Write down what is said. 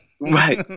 Right